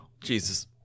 Jesus